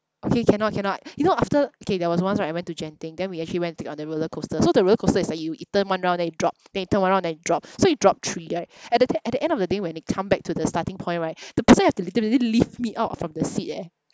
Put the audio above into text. okay cannot cannot you know after K there was once right I went to Genting then we actually went take on the roller coaster so the roller coaster is like you it turn one round then it drop then it turn one around then it drop so it drop three right at the time at the end of the day when it come back to the starting point right the person have to literally lift me out from the seat eh